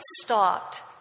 stopped